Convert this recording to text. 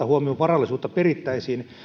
huomioon varallisuutta